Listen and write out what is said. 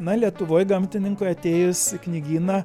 na lietuvoj gamtininkui atėjus į knygyną